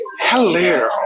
Hello